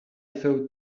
thought